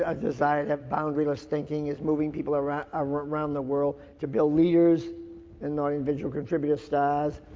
ah desire of boundaryless thinking is moving people around around the world to build leaders and our individual contributive stars.